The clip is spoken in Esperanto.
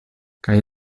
kaj